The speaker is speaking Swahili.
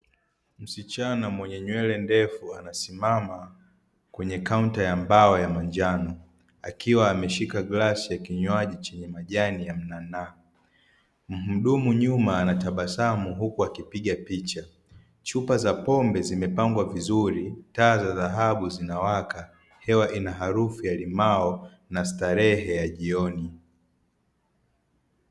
Msichana mwenye nywele ndefu anasimama kwenye kaunta ya mbao ya manjano akiwa ameshika glasi ya kinywaji chenye majani ya mnanaa. Mhudumu nyuma anatabasamu huku akipiga picha chupa za pombe zimepangwa vizuri taa za dhahabu zinawaka hewa inaharufu ya limao na starehe ya jioni.